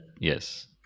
Yes